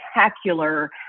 spectacular